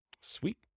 Sweet